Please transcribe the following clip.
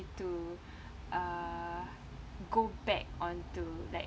to uh go back onto like